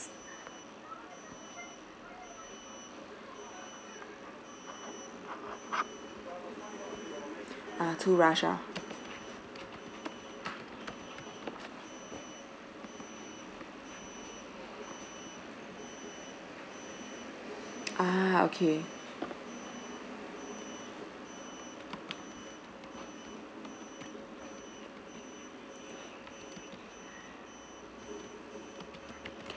ah too rushed ah ah okay